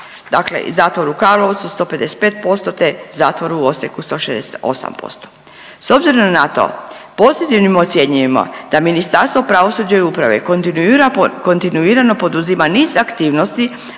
150% i zatvor u Karlovcu 155% te zatvor u Osijeku 168%. S obzirom na to … ocjenjujemo da Ministarstvo pravosuđa i uprave kontinuirano poduzima niz aktivnosti